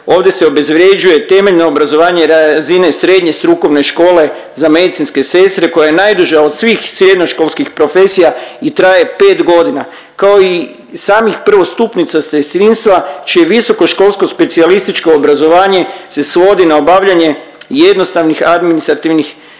ovdje se obezvrjeđuje temeljno obrazovanje razine srednje strukovne škole za medicinske sestre koja je najduža od svih srednjoškolskih profesija i traje 5 godina kao i samim prvostupnica sestrinstva čije visokoškolsko specijalističko obrazovanje se svodi na obavljanje jednostavnih administrativnih poslova